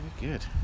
good